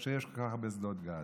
כאשר יש כל כך הרבה שדות גז.